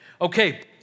Okay